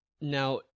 Now